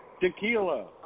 tequila